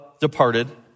departed